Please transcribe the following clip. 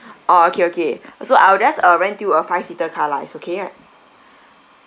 orh okay okay so I'll just uh rent you a five seater car lah it's okay right